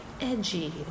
edgy